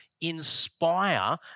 inspire